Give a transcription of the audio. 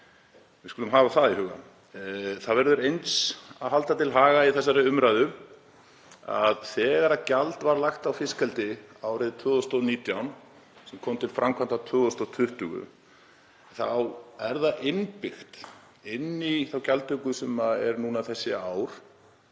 við skulum hafa það í huga. Það verður eins að halda því til haga í þessari umræðu að þegar gjald var lagt á fiskeldi árið 2019, sem kom til framkvæmda 2020, var það innbyggt inn í þá gjaldtöku sem er núna þessi ár